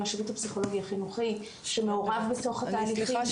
הפסיכולוגי החינוכי שמעורב בתוך התהליכים.